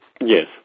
Yes